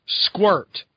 squirt